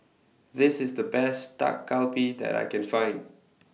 This IS The Best Dak Galbi that I Can Find